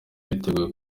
biteguye